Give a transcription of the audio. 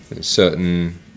certain